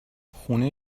خونه